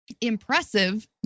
impressive